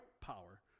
power